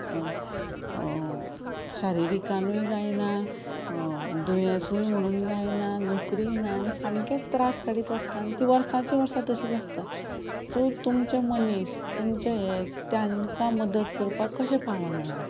शारिरिकानूय जायना दुयेंसूय म्हणून जायना नोकरीय ना आनी सामकेंच त्रास काडीत आसता आन तीं वर्सांचीं वर्सां तशींच आसता सो तुमचे मनीस तुमचे हे त्यांकां मदत करपाक कशें पावना